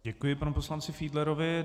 Děkuji panu poslanci Fiedlerovi.